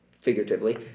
figuratively